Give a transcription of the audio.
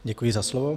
Děkuji za slovo.